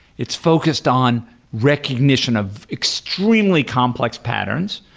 it's focused on recognition of extremely complex patterns.